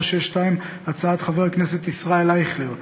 פ/2462/19, הצעת חבר הכנסת ישראל אייכלר.